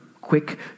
quick